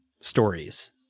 stories